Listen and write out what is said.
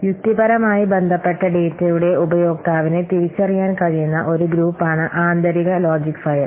യുക്തിപരമായി ബന്ധപ്പെട്ട ഡാറ്റയുടെ ഉപയോക്താവിനെ തിരിച്ചറിയാൻ കഴിയുന്ന ഒരു ഗ്രൂപ്പാണ് ആന്തരിക ലോജിക് ഫയൽ